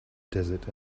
desert